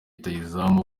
rutahizamu